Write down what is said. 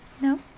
no